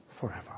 forever